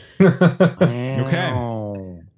Okay